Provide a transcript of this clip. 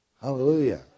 Hallelujah